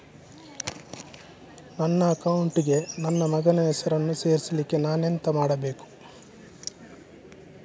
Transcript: ನನ್ನ ಅಕೌಂಟ್ ಗೆ ನನ್ನ ಮಗನ ಹೆಸರನ್ನು ಸೇರಿಸ್ಲಿಕ್ಕೆ ನಾನೆಂತ ಮಾಡಬೇಕು?